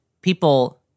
people